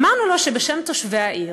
אמרנו לו שבשם תושבי העיר,